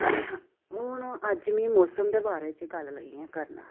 हून अज्ज मीं मौसम दे बारे च गल्ल लग्गी आं करन